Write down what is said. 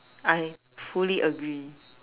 I fully agree